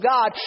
God